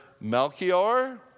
Melchior